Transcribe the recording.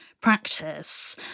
practice